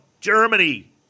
Germany